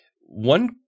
One